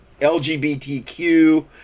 LGBTQ